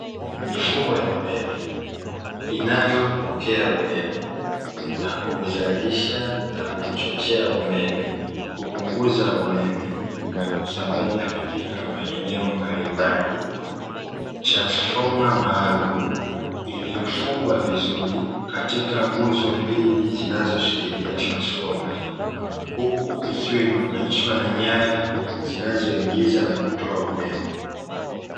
Mifumo ya umeme inayopokea umeme na kuuzalisha na kuuchochea umeme kupunguza umeme, na kuusambaza katika maeneo mbalimbali. Transifoma maalumu, iliyofungwa vizuri katika nguzo mbili zinazoshikilia transifoma hiyo, huku ikiwa imeunganishwa na nyaya zinazoingiza na kutoa umeme.